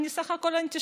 אני בסך הכול אנטישמית.